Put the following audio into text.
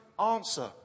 answer